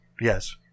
Yes